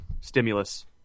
stimulus